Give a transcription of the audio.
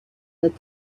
that